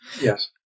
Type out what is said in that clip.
yes